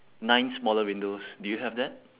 nine smaller windows do you have that